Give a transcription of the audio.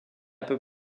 peu